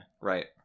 Right